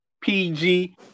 PG